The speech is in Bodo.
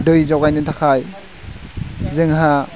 दै जगायनो थाखाय जोंहा